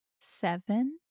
Seven